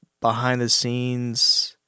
behind-the-scenes